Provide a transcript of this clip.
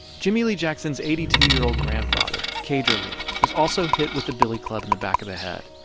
jimmie lee jackson's eighty two year old grandfather, cager lee, was also hit with a billy club in the back of the head.